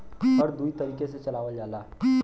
हर दुई तरीके से चलावल जाला